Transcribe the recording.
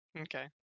Okay